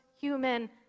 human